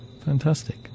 Fantastic